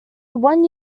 one